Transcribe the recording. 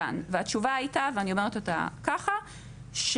כאן והתשובה הייתה ואני אומרת אותה - ככה שיכול